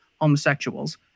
homosexuals